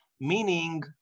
meaning